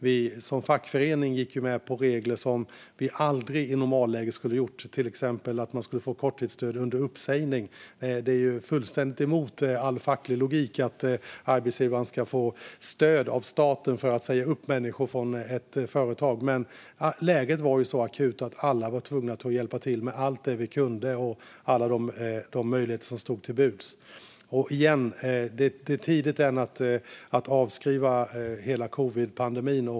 Vi som fackförening gick med på regler som vi aldrig skulle ha gått med på i ett normalläge, till exempel att man skulle få korttidsstöd under uppsägning. Det går fullständigt emot all facklig logik att arbetsgivaren ska få stöd av staten för att säga upp människor från ett företag. Men läget var så akut att alla var tvungna att hjälpa till med allt vi kunde och alla möjligheter som stod till buds. Jag säger igen att det är för tidigt att avskriva hela covidpandemin.